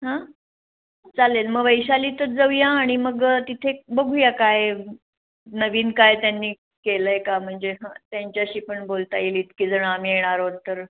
हां चालेल मग वैशालीतच जाऊया आणि मग तिथे बघूया काय नवीन काय त्यांनी केलं आहे का म्हणजे हं त्यांच्याशी पण बोलता येईल इतकेजणं आम्ही येणार आहोत तर